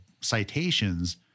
citations